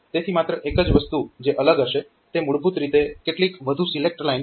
તેથી માત્ર એક જ વસ્તુ જે અલગ હશે તે મૂળભૂત રીતે કેટલીક વધુ સિલેક્ટ લાઇન્સ અને કેટલાક વધુ કમાન્ડ્સ છે